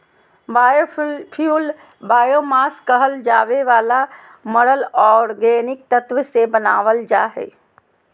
biofuel biomass कहल जावे वाला मरल ऑर्गेनिक तत्व से बनावल जा हइ